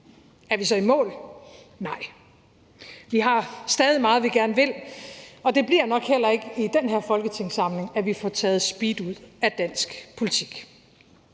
Er vi så i mål? Nej. Vi har stadig meget, vi gerne vil, og det bliver nok heller ikke i den her folketingssamling, at vi får taget speed ud af dansk politik.